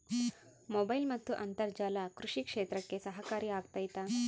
Mobile ಮತ್ತು ಅಂತರ್ಜಾಲ ಕೃಷಿ ಕ್ಷೇತ್ರಕ್ಕೆ ಸಹಕಾರಿ ಆಗ್ತೈತಾ?